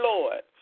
Lord